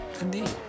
Indeed